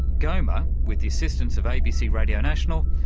goma, with the assistance of abc radio national,